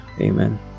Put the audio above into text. Amen